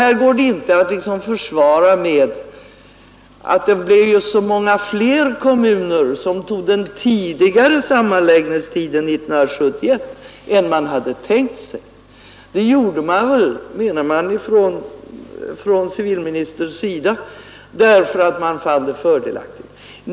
Här går det inte att liksom försvara sig med att det blev så många fler kommuner som tog den tidigare sammanläggningstiden 1971 än man hade tänkt sig. Från civilministerns sida menar man att de gjorde det för att det var fördelaktigt.